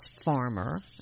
farmer